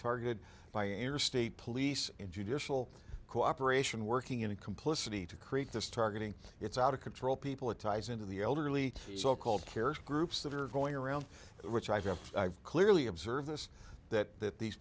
targeted by interstate police in judicial cooperation working in a complicity to create this targeting it's out of control people it ties into the elderly so called cares groups that are going around which i just clearly observe this that th